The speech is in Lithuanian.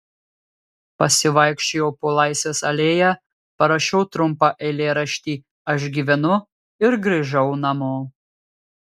pasivaikščiojau po laisvės alėją parašiau trumpą eilėraštį aš gyvenu ir grįžau namo